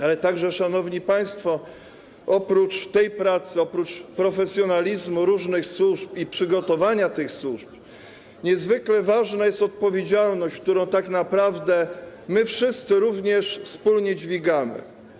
Ale także, szanowni państwo, oprócz tej pracy, oprócz profesjonalizmu różnych służb i przygotowania tych służb, niezwykle ważna jest odpowiedzialność, którą wszyscy również wspólnie dźwigamy.